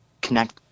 connect